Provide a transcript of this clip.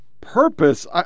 purpose